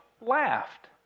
laughed